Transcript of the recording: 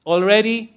Already